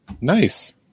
Nice